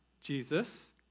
Jesus